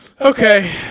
Okay